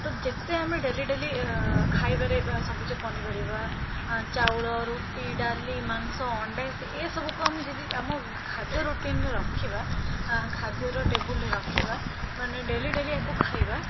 ତ ଯେତେ ଆମେ ଡେଲି ଡେଲି ଖାଇବାରେ ସବୁଜ ପନିପରିବା ଚାଉଳ ରୁଟି ଡାଲି ମାଂସ ଅଣ୍ଡା ସେ ଏସବୁକୁ ଆମେ ଯଦି ଆମ ଖାଦ୍ୟ ରୁଟିନ୍ର ରଖିବା ଖାଦ୍ୟର ଟେବୁଲ୍ରେ ରଖିବା ମାନେ ଡେଲି ଡେଲି ୟାକୁ ଖାଇବା